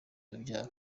urubyaro